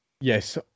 Yes